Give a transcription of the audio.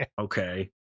okay